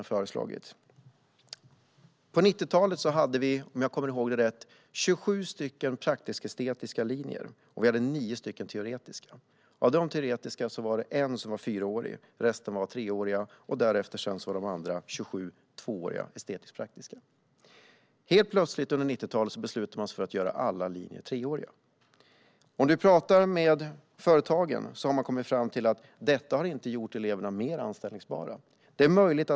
På 1990-talet hade vi, om jag kommer ihåg det rätt, 27 praktisk-estetiska linjer och 9 teoretiska. Av dessa 9 teoretiska linjer var det en som var fyraårig, resten var treåriga. De 27 praktisk-estetiska linjerna var tvååriga. Helt plötsligt under 1990-talet beslutades det att alla linjer skulle göras treåriga. När man talar med företagen har de kommit fram till att detta inte har gjort eleverna mer anställbara.